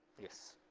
yes,